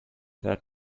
that